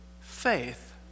faith